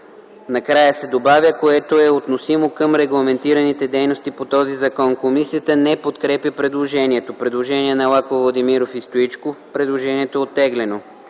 накрая се добавя „което е относимо към регламентираните дейности по този закон”. Комисията не подкрепя предложението. Има предложение на Лаков, Владимиров и Стоичков, което е оттеглено.